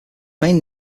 main